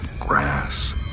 grass